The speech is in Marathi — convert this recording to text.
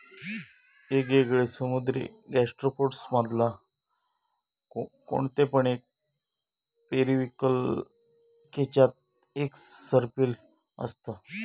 येगयेगळे समुद्री गैस्ट्रोपोड्स मधना कोणते पण एक पेरिविंकल केच्यात एक सर्पिल असता